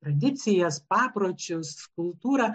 tradicijas papročius kultūrą